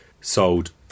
sold